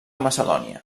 macedònia